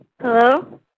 Hello